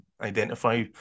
identify